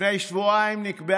לפני שבועיים נקבע